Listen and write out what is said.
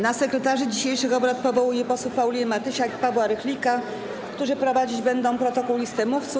Na sekretarzy dzisiejszych obrad powołuję posłów Paulinę Matysiak i Pawła Rychlika, którzy prowadzić będą protokół i listę mówców.